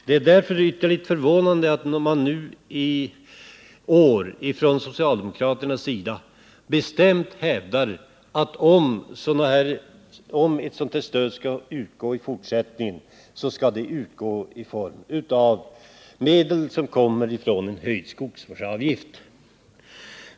Det är därför ytterligt förvånande att socialdemokraterna i år bestämt hävdar att om ett sådant här stöd skall utgå i fortsättningen, så skall det utgå av medel som kommer från en höjd skogsvårdsavgift.